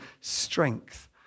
strength